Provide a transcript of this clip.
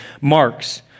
Marks